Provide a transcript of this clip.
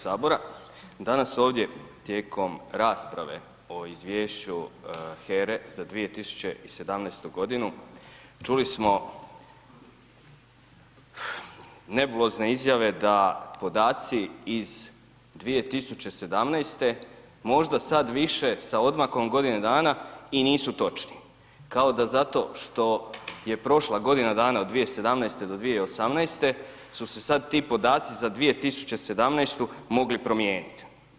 Danas ovdje tijekom rasprave o izvješću HERA-e za 2017.g. čuli smo nebulozne izjave da podaci iz 2017. možda sad više sa odmakom godine dana i nisu točni, kao da zato što je prošla godina dana od 2017. do 2018. su se sad ti podaci za 2017. mogli promijenit.